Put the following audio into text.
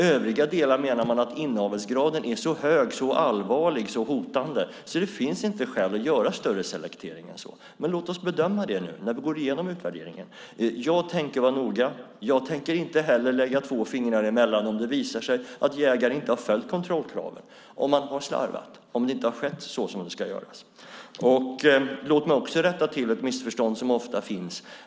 I övriga delar menar man att inavelsgraden är så hög, så allvarlig och så hotande att det inte finns skäl att göra en större selektering. Men låt oss bedöma det nu när vi går igenom utvärderingen. Jag tänker vara noggrann. Jag tänker inte heller lägga fingrarna emellan om det visar sig att jägare inte har följt kontrollkraven, om de har slarvat och om detta inte har skett som det ska. Låt mig också rätta till ett missförstånd som ofta finns.